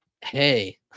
Hey